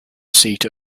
seat